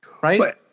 Right